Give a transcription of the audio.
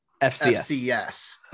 fcs